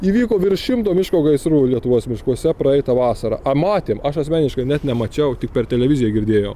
įvyko virš šimto miško gaisrų lietuvos miškuose praeitą vasarą a matėm aš asmeniškai net nemačiau tik per televiziją girdėjau